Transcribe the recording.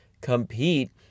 compete